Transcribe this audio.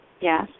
Yes